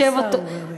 השר אורי אריאל.